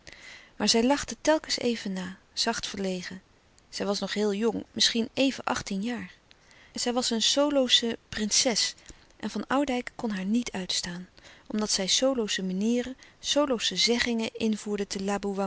maar zij lachte telkens even na zacht verlegen zij was nog heel jong misschien even achttien jaar zij was een solosche prinses en van oudijck kon haar niet uitstaan omdat zij solosche manieren solosche zeggingen invoerde te